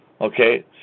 Okay